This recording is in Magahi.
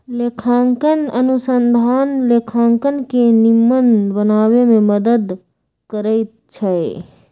लेखांकन अनुसंधान लेखांकन के निम्मन बनाबे में मदद करइ छै